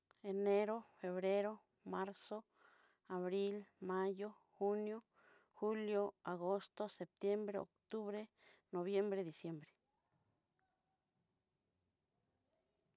Enero, febrero, marzo, abril, mayo, junio, julio, agosto, septiembre, octubre, noviembre, diciembre.